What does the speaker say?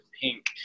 pink